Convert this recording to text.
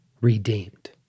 redeemed